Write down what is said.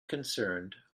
concerned